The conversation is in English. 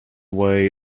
way